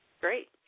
Great